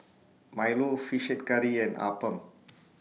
Milo Fish Head Curry and Appam